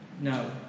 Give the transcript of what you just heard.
No